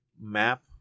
map